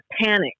panic